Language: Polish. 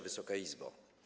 Wysoka Izbo!